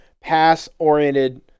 pass-oriented